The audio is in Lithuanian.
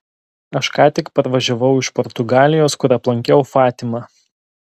aš ką tik parvažiavau iš portugalijos kur aplankiau fatimą